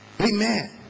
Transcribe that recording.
amen